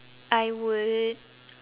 I would